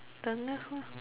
the next one